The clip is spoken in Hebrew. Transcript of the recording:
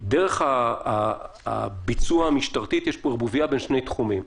דרך הביצוע המשטרתית יש פה ערבוביה בין שני תחומים,